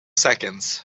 seconds